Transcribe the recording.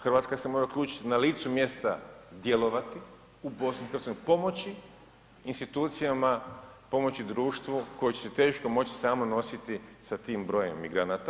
Hrvatska se mora uključiti na licu mjesta djelovati u BiH, pomoći institucijama, pomoći društvo koje će se teško moći samo nositi sa tim brojem migranata.